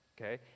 Okay